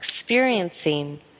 experiencing